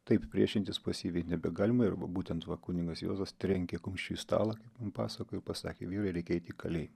taip priešintis pasyviai nebegalima ir būtent va kunigas juozas trenkė kumščiu į stalą kaip pasakojo pasakė vyraireikia eiti į kalėjimą